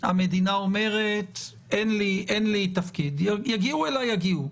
המדינה אומרת, אין לי תפקיד, יגיעו אליי יגיעו.